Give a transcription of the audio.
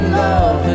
love